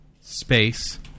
space